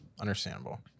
Understandable